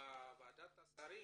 בוועדת השרים